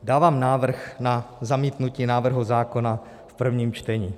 Dávám návrh na zamítnutí návrhu zákona v prvním čtení.